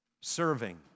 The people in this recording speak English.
serving